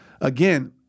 again